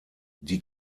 die